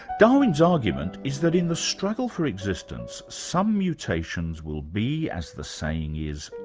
darwin's argument is that in the struggle for existence some mutations will be, as the saying is,